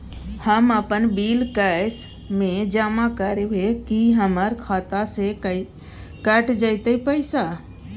हम अपन bill cash म जमा करबै की हमर खाता स कैट जेतै पैसा?